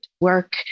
work